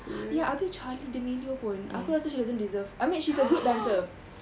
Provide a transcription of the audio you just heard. ya abeh charli d'amelio pun aku rasa she don't deserve I mean she's a good dancer